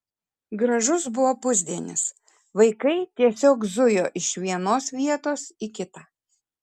gražus buvo pusdienis vaikai tiesiog zujo iš vienos vietos į kitą